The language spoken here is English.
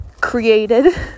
created